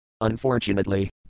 Unfortunately